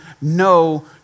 no